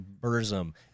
Burzum